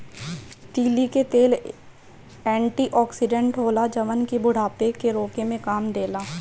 तीली के तेल एंटी ओक्सिडेंट होला जवन की बुढ़ापा के रोके में काम देला